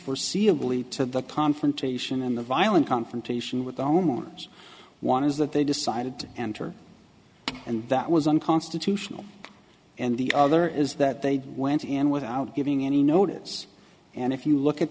forseeable lead to the confrontation and the violent confrontation with moment one is that they decided to enter and that was unconstitutional and the other is that they went in without giving any notice and if you look at